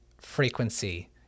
frequency